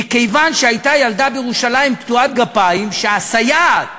מכיוון שהייתה בירושלים ילדה קטועת גפיים, שהסייעת